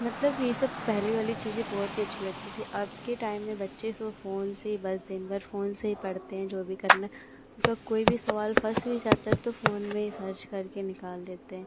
मतलब ये सब पहले वाली चीज़ें बहुत ही अच्छी लगती थी अब के टाइम में बच्चे सो फ़ोन से ही बस दिनभर फ़ोन से ही पढ़ते हैं जो भी करना हैं उनका कोई भी सवाल फँस भी जाता है तो फ़ोन में ही सर्च करके निकाल लेते हैं